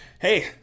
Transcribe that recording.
hey